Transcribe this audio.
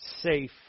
safe